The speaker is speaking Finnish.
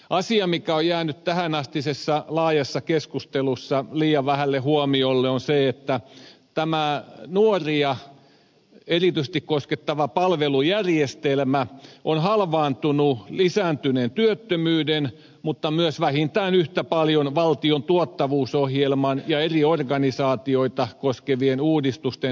asia mikä on jäänyt tähänastisessa laajassa keskustelussa liian vähälle huomiolle on se että tämä nuoria erityisesti koskettava palvelujärjestelmä on halvaantunut lisääntyneen työttömyyden mutta myös vähintään yhtä paljon valtion tuottavuusohjelman ja eri organisaatioita koskevien uudistusten seurauksena